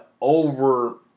over